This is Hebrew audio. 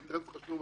האינטרס הוא חשוב,